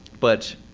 but